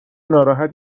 ناراحت